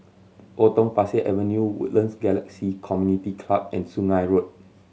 Potong Pasir Avenue Woodlands Galaxy Community Club and Sungei Road